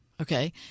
Okay